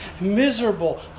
miserable